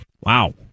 Wow